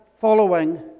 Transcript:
following